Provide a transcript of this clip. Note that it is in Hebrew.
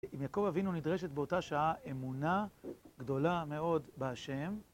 עם יעקב אבינו נדרשת באותה שעה אמונה גדולה מאוד בהשם